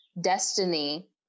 destiny